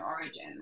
Origin